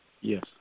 Yes